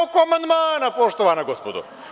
Oko amandmana, poštovana gospodo.